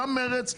גם מרצ,